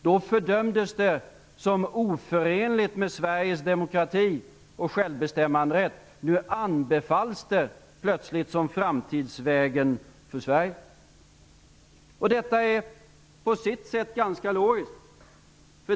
Då fördömdes det som oförenligt med Sveriges demokrati och självbestämmanderätt. Nu anbefalls det plötsligt som framtidsvägen för Sverige. Detta är på sitt sätt ganska logiskt.